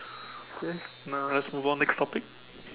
okay now let's move on next topic